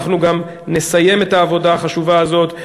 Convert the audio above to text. אנחנו גם נסיים את העבודה החשובה הזאת,